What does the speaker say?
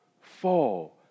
fall